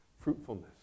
fruitfulness